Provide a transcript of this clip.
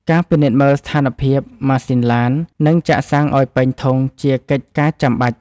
ការពិនិត្យមើលស្ថានភាពម៉ាស៊ីនឡាន និងចាក់សាំងឱ្យពេញធុងជាកិច្ចការចាំបាច់។